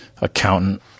accountant